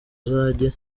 uzajye